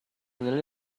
will